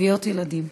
טביעות ילדים.